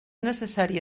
necessari